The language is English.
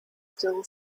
still